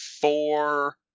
four